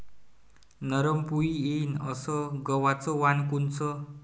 नरम पोळी येईन अस गवाचं वान कोनचं?